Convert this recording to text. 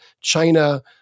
China